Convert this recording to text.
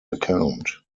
account